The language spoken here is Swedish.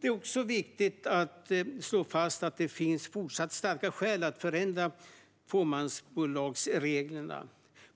Det är också viktigt att slå fast att det finns fortsatt starka skäl att förändra fåmansbolagsreglerna.